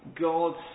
God